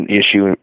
issue